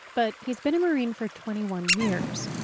but he's been a marine for twenty one years.